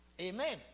amen